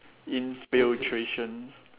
infiltration